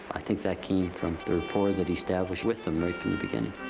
i think that came from the rapport that he established with them beginning.